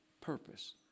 purpose